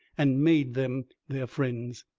and made them their friends.